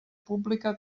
pública